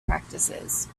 practices